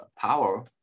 power